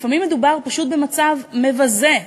לפעמים מדובר פשוט במצב מבזה,